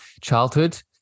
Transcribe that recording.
childhood